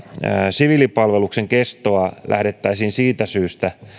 siviilipalveluksen kestoa lähdettäisiin siitä syystä